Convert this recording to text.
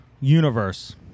universe